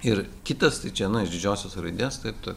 ir kitas tai čia nu didžiosios raidės taip tai